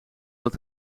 dat